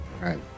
Right